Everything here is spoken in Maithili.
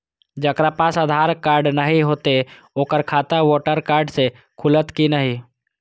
जकरा पास आधार कार्ड नहीं हेते ओकर खाता वोटर कार्ड से खुलत कि नहीं?